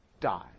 Die